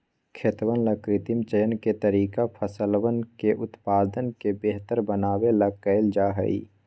खेतवन ला कृत्रिम चयन के तरीका फसलवन के उत्पादन के बेहतर बनावे ला कइल जाहई